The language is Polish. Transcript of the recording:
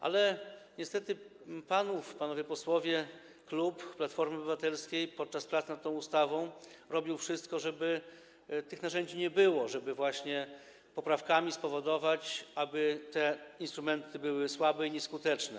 Ale niestety panów klub, panowie posłowie, klub Platformy Obywatelskiej, podczas prac nad tą ustawą robił wszystko, żeby tych narzędzi nie było, żeby poprawkami spowodować, aby te instrumenty były słabe i nieskuteczne.